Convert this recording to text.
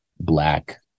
black